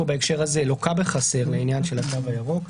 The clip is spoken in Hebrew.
בהקשר הזה לוקה בחסר בעניין של התו הירוק.